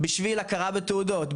בשביל הכרה בתעודות,